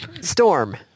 Storm